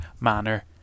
manner